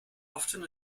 often